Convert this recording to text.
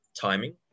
timing